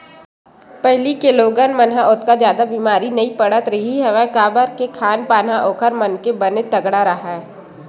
पहिली के लोगन मन ह ओतका जादा बेमारी नइ पड़त रिहिस हवय काबर के खान पान ह ओखर मन के बने तगड़ा राहय